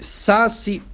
sasi